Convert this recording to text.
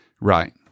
Right